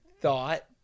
thought